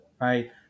right